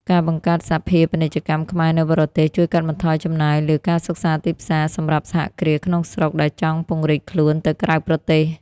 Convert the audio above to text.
ការបង្កើតសភាពាណិជ្ជកម្មខ្មែរនៅបរទេស ជួយកាត់បន្ថយចំណាយលើ "ការសិក្សាទីផ្សារ" សម្រាប់សហគ្រាសក្នុងស្រុកដែលចង់ពង្រីកខ្លួនទៅក្រៅប្រទេស។